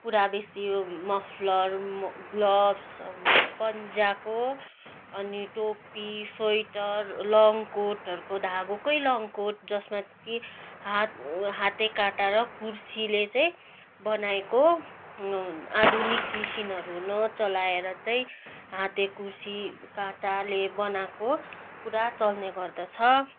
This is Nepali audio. पुरा बेसी मफलर म ग्लोब्स पन्जाको अनि टोपी स्वेटर लङ कोटहरूको धागोको लङ कोट जसमा कि हात हाते काँटा र कुर्सीले चाहिँ बनाएको आधुनिक मेसिनहरू नचलाएर चाहिँ हाते कुर्सी काँटाले बनाएको पुरा चल्ने गर्दछ